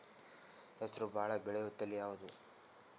ಹೆಸರು ಭಾಳ ಬೆಳೆಯುವತಳಿ ಯಾವದು?